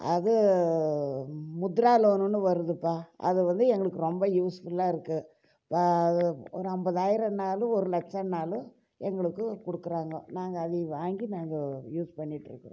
அது முத்ரா லோன் வருதுப்பா அது வந்து எங்களுக்கு ரொம்ப யூஸ்ஃபுல்லாக இருக்குது ஒரு அம்பதாயிரனாலும் ஒரு லட்சோம்னாலும் எங்களுக்கு கொடுக்குறாங்கோ நாங்கள் அதை வாங்கி நாங்கள் யூஸ் பண்ணிட்ருக்கிறோம்